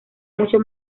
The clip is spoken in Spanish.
mucho